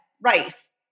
rice